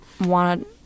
want